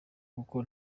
kuko